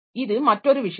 இது மற்றொரு விஷயம்